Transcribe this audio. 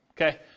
okay